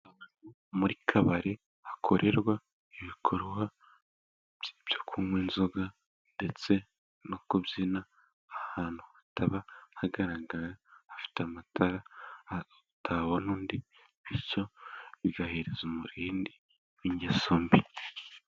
Muri kabari hakorerwa ibikorwa byo kunywa inzoga ndetse no kubyina. Ahantu hataba hagaragara hafite amatara utabona undi, bityo bigahereza umurindi w'ingeso mbi.